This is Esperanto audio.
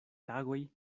tagoj